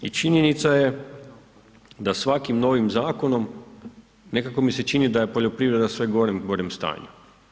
I činjenica je da svakim novim zakonom nekako mi se čini da je poljoprivreda u sve gorem, gorem stanju.